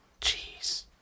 Jeez